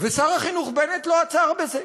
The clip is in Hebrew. ושר החינוך בנט לא עצר בזה.